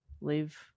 live